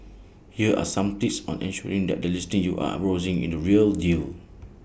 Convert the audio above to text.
here are some tips on ensuring that the listing you are browsing is the real deal